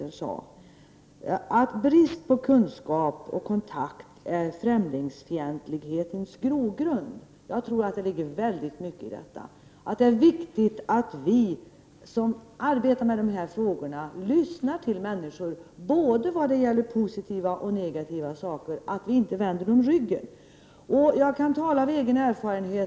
Hon sade att brist på kunskaper och kontakter är främlingsfientlighetens grogrund. Jag tror att det ligger väldigt mycket i det. Det är viktigt att vi som arbetar med dessa frågor lyssnar till människor, både positiva och negativa saker, och inte vänder dem ryggen. Jag kan tala av egen erfarenhet.